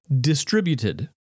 distributed